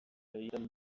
egiten